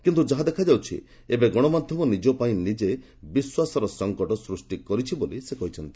କିନ୍ତୁ ଯାହା ଦେଖାଯାଉଛି ଏବେ ଗଣମାଧ୍ୟମ ନିଜ ପାଇଁ ନିଜେ ବିଶ୍ୱାସର ସଂକଟ ସୃଷ୍ଟି କରିଛି ବୋଲି ସେ କହିଛନ୍ତି